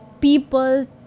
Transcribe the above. people